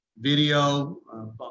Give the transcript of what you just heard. video